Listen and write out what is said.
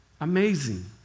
Amazing